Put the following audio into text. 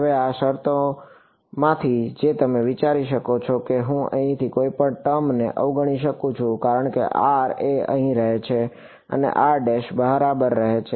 હવે આ શરતોમાંથી જે તમે વિચારી શકો છો કે હું અહીંથી કોઈપણ ટર્મ ને અવગણી શકું છું કારણ કે r અહીં રહે છે અને r બહાર રહે છે